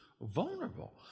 vulnerable